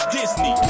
Disney